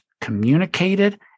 Communicated